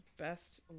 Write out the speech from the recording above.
Best